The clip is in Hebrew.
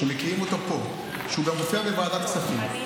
מכירים אותו פה והוא גם מופיע בוועדת כספים.